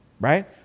Right